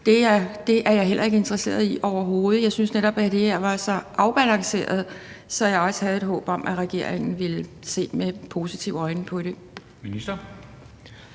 er jeg heller ikke interesseret i, overhovedet ikke. Jeg synes netop, at det her var så afbalanceret, så jeg havde et håb om, at regeringen ville se med positive øjne på det. Kl.